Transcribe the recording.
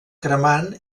cremant